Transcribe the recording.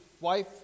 wife